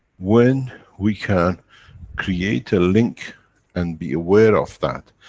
when we can create a link and be aware of that,